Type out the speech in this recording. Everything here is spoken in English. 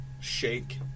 shake